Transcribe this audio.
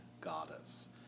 goddess